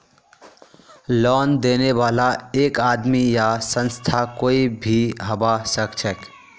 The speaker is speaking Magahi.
लोन देने बाला एक आदमी या संस्था कोई भी हबा सखछेक